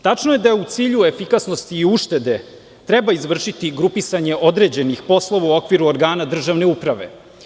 Tačno je da je u cilju efikasnosti i uštede treba izvršiti grupisanje određenih poslova u okviru organa državne uprave.